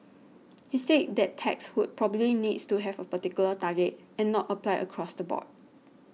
he said that tax would probably needs to have a particular target and not apply across the board